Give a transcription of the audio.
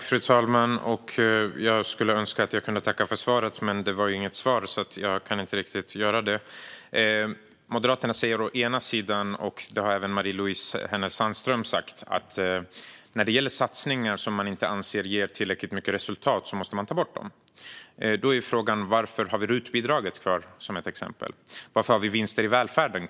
Fru talman! Jag önskar att jag hade kunnat tacka för svaret, men det var inget svar. Moderaterna och även Marie-Louise Hänel Sandström har sagt när det gäller satsningar som inte ger tillräckligt mycket resultat måste man ta bort dem. Då är frågan: Varför är RUT-bidraget kvar? Varför har vi kvar vinster i välfärden?